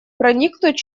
проникнуть